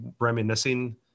reminiscing